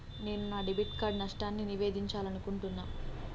నేను నా debit card నష్టాన్ని నివేదించాలనుకుంటున్నా